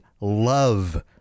love